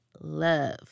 love